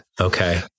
Okay